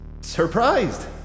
surprised